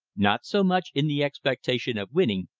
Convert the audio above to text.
not so much in the expectation of winning,